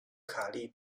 卡利